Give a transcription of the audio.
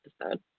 episode